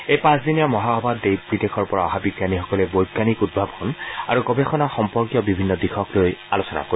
এই পাঁচদিনীয়া মহাসভাত দেশ বিদেশৰ পৰা অহা বিজ্ঞানীসকলে বৈজ্ঞানিক উদ্ভাৱন আৰু গৱেষণা সম্পৰ্কীয় বিভিন্ন দিশক লৈ আলোচনা কৰিব